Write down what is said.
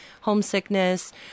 homesickness